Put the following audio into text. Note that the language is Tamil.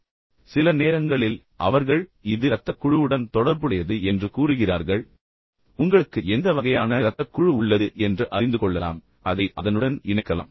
இப்போது சில நேரங்களில் அவர்கள் இது இரத்தக் குழுவுடன் தொடர்புடையது என்று கூறுகிறார்கள் பின்னர் உங்களுக்கு எந்த வகையான இரத்தக் குழு உள்ளது என்பதை நீங்கள் எளிதாக அறிந்து கொள்ளலாம் பின்னர் அதை அதனுடன் இணைக்கலாம்